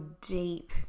deep